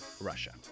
russia